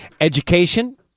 Education